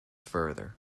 further